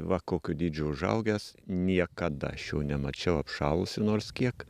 va kokio dydžio užaugęs niekada aš jo nemačiau apšalusio nors kiek